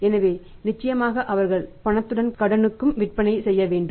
எனவே நிச்சயமாக அவர்கள் பணத்துடன் கடனுக்கும் விற்பனை செய்ய வேண்டும்